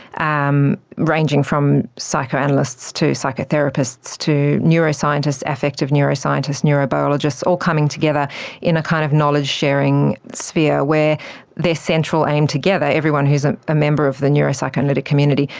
um ranging from psychoanalysts to psychotherapists, to neuroscientists, affective neuroscientists, neurobiologists, all coming together in a kind of knowledge sharing sphere where their central aim together, everyone who is ah a member of the neuro-psychoanalytic community,